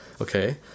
okay